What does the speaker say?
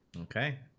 Okay